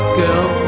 girl